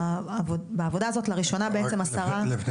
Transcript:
בעבודה הזו לראשונה בעצם השרה --- לפני